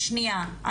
שניה.